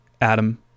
Adam